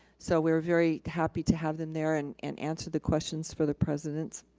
so we were very happy to have them there and and answer the questions for the presidents.